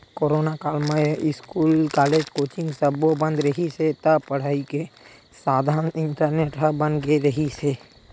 corona काल म school, college, coaching सब्बो बंद रिहिस हे त पड़ई के साधन इंटरनेट ह बन गे रिहिस हे